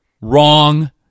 Wrong